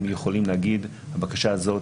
הם יכולים להגיד שהבקשה האת,